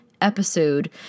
episode